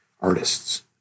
artists